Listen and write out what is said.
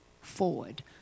forward